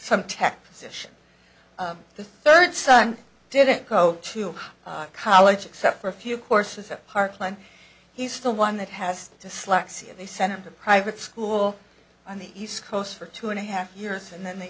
some tech position the third son didn't go to college except for a few courses at parkland he's still one that has dyslexia and they sent him to private school on the east coast for two and a half years and then they